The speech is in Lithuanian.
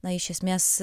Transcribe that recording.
na iš esmės